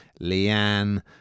Leanne